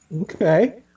Okay